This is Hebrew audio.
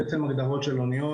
אלה בעצם הגדרות של אוניות.